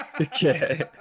Okay